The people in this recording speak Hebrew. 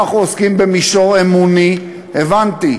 אם אנחנו עוסקים במישור האמוני, הבנתי.